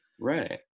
Right